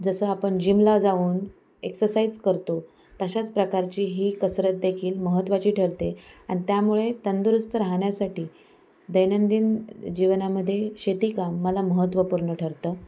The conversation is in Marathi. जसं आपण जीमला जाऊन एक्ससाइज करतो तशाच प्रकारची ही कसरत देखील महत्त्वाची ठरते आणि त्यामुळे तंदुरुस्त राहण्यासाठी दैनंदिन जीवनामध्ये शेतीकाम मला महत्त्वपूर्ण ठरतं